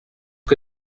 que